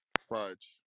Fudge